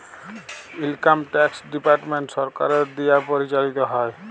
income tax department সরকারের দিয়া পরিচালিত হ্যয়